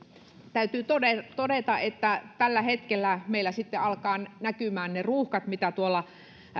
täytyy todeta todeta että tällä hetkellä meillä sitten alkaa näkymään ne ruuhkat mitä tuolla